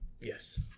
Yes